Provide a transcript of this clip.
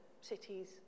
cities